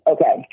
Okay